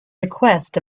request